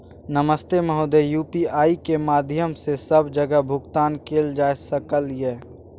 नमस्ते महोदय, यु.पी.आई के माध्यम सं सब जगह भुगतान कैल जाए सकल ये?